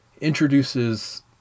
introduces